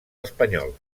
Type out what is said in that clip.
espanyols